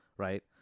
Right